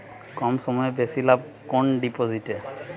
কম সময়ে বেশি লাভ কোন ডিপোজিটে?